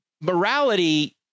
morality